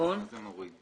מה זאת אומרת מוריד?